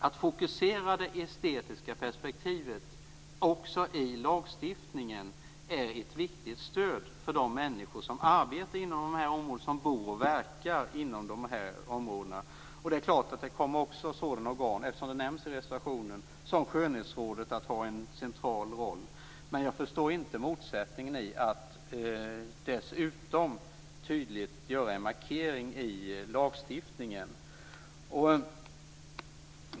Att fokusera det estetiska perspektivet också i lagstiftningen är, vill jag påstå, ett viktigt stöd för de människor som bor och verkar inom de här områdena. Det är klart att, som nämns i reservationen, organ som t.ex. Skönhetsrådet kommer att spela en central roll. Jag förstår inte motsättningen i att dessutom tydligt göra en markering i lagstiftningen.